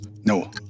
No